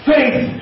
Faith